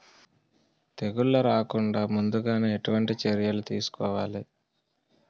తెగుళ్ల రాకుండ ముందుగానే ఎటువంటి చర్యలు తీసుకోవాలి?